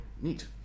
neat